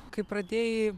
kai pradėjai